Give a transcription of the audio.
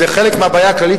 זה חלק מהבעיה הכללית,